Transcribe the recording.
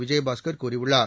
விஜயபாஸ்கர் கூறியுள்ளார்